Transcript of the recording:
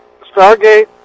Stargate